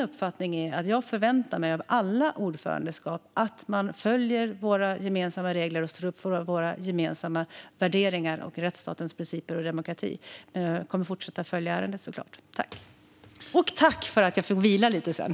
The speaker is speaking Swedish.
Jag förväntar mig av alla ordförandeskap att man följer våra gemensamma regler och står upp för våra gemensamma värderingar, rättsstatens principer och demokrati. Jag kommer att fortsätta att följa detta ärende, såklart. Och tack för att jag får vila lite sedan!